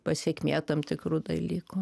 pasekmė tam tikrų dalykų